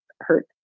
hurt